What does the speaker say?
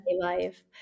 life